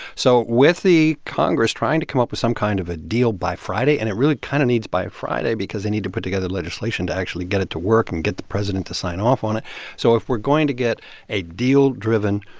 so with the congress trying to come up with some kind of a deal by friday and it really kind of needs by friday because they need to put together legislation to actually get it to work and get the president to sign off on it so if we're going to get a deal-driven